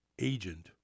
agent